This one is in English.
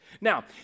Now